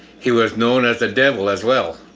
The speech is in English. he was known as the devil as well.